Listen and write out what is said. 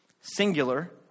singular